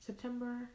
September